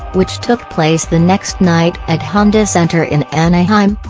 which took place the next night at honda center in anaheim,